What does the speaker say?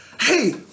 hey